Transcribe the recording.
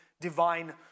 divine